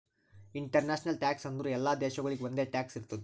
international tax ಅಂದುರ್ ಎಲ್ಲಾ ದೇಶಾಗೊಳಿಗ್ ಒಂದೆ ಟ್ಯಾಕ್ಸ್ ಇರ್ತುದ್